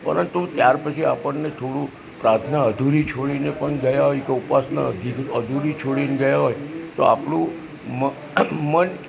પરંતુ ત્યાર પછી આપણને થોડુ પ્રાર્થના અધૂરી છોડીને પણ ગયા હોઈએ તો ઉપાસના અધૂરી છોડીને ગયા હોય તો આપણું મન